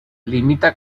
limita